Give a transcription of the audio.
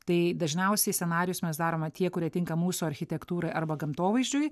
tai dažniausiai scenarijus mes darome tie kurie tinka mūsų architektūrai arba gamtovaizdžiui